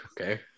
okay